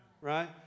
right